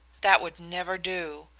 that would never do.